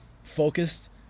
focused